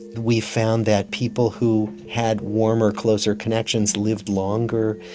we found that people who had warmer, closer connections lived longer,